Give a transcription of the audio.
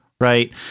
right